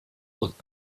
und